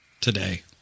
today